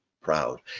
proud